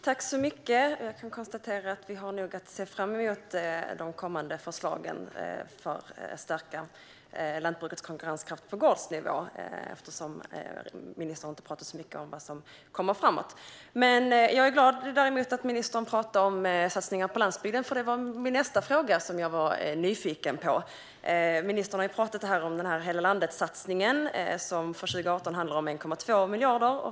Fru talman! Jag kan konstatera att vi nog har att se fram emot de kommande förslagen för att stärka lantbrukets konkurrenskraft på gårdsnivå, eftersom ministern inte talar så mycket om vad som kommer framöver. Jag är däremot glad att ministern talar om satsningar på landsbygden, för det var nästa fråga jag var nyfiken på. Ministern har talat om Hela landet-satsningen, som för 2018 handlar om 1,2 miljarder.